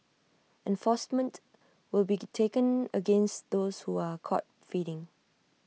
enforcement will be taken against those who are caught feeding